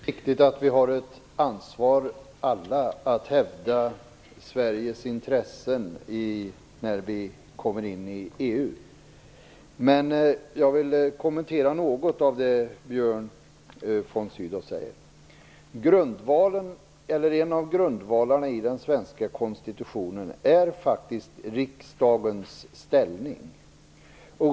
Fru talman! Det är riktigt att vi alla har ett ansvar att hävda Sveriges intressen när vi kommer med i EU. Men jag vill ändå kommentera något av det Björn von En av grundvalarna i den svenska konstitutionen är faktiskt riksdagens ställning.